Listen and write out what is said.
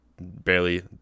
barely